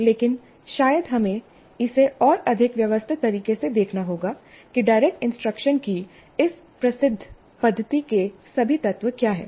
लेकिन शायद हमें इसे और अधिक व्यवस्थित तरीके से देखना होगा कि डायरेक्ट इंस्ट्रक्शन की इस प्रसिद्ध पद्धति के सभी तत्व क्या हैं